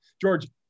George